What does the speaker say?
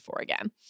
again